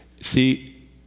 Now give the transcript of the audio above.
see